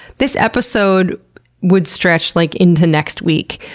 this episode would stretch like into next week.